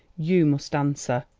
you must answer.